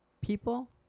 people